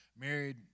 married